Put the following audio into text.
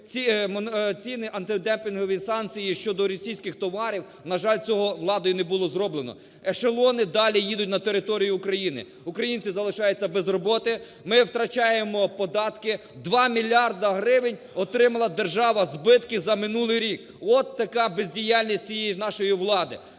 ціни, антидемпінгові санкції, щодо російських товарів, на жаль, цього владою не було зроблено. Ешелони далі їдуть на територію України. Українці залишаються без роботи, ми втрачаємо податки, 2 мільярди гривень отримала держава збитки за минулий рік, от така бездіяльність цієї нашої влади.